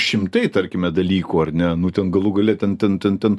šimtai tarkime dalykų ar ne nu ten galų gale ten ten ten